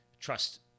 trust